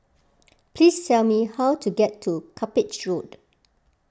please tell me how to get to Cuppage Road